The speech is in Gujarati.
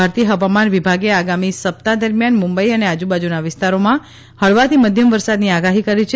ભારતીય હવામાન વિભાગે આગામી સપ્તાહ દરમ્યાન મુંબઈ અને આજુબાજુના વિસ્તારોમાં હળવાથી મધ્યમ વરસાદની આગાહી કરી છે